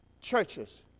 churches